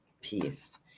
Peace